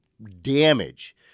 damage